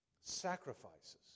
sacrifices